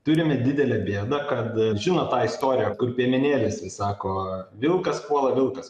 turime didelę bėdą kad žinot tą istoriją kur piemenėlis vis sako vilkas puola vilkas